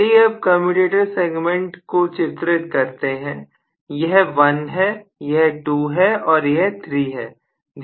चलिए अब commutator segment को चित्रित करते हैं यह 1 है यह 2 है और यह 3 है